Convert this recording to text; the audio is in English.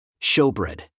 Showbread